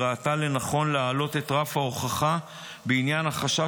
היא ראתה לנכון להעלות את רף ההוכחה בעניין החשש